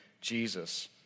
Jesus